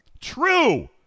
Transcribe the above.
True